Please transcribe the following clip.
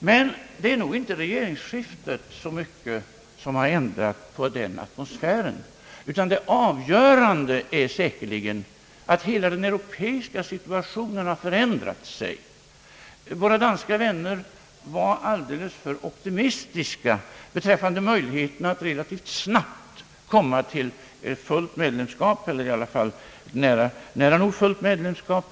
Men det är nog inte så mycket regeringsskiftet som har ändrat på den atmosfären, utan det avgörande är säkerligen att hela den europeiska situationen har förändrats. Våra danska vänner var alldeles för optimistiska beträffande möjligheterna att relativt snabbt komma till fullt medlemskap i EEC, eller i varje fall nära nog fullt medlemskap.